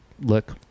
look